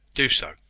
do so.